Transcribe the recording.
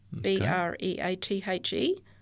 B-R-E-A-T-H-E